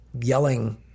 yelling